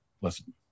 listen